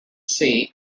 sea